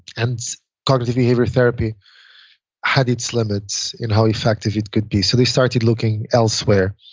and cognitive behavior therapy had its limits in how effective it could be. so they started looking elsewhere.